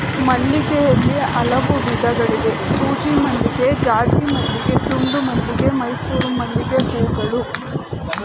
ಮಲ್ಲಿಗೆಯಲ್ಲಿ ಹಲವು ವಿಧಗಳಿವೆ ಸೂಜಿಮಲ್ಲಿಗೆ ಜಾಜಿಮಲ್ಲಿಗೆ ದುಂಡುಮಲ್ಲಿಗೆ ಮೈಸೂರು ಮಲ್ಲಿಗೆಹೂಗಳು